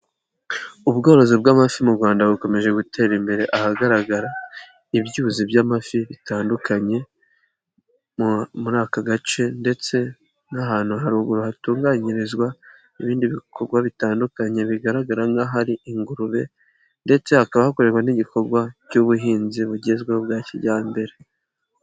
Ubworozi bw'amafi mu Rwanda bukomeje gutera imbere ahagaragara ibyuzi by'amafi bitandukanye muri aka gace ndetse n'ahantu haruguru hatunganyirizwa ibindi bikorwa bitandukanye bigaragara nk'aho ari ingurube ndetse hakaba hakorerwa n'igikorwa cy'ubuhinzi bugezweho bwa kijyambere.